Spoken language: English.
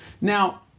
Now